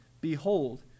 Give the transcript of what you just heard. Behold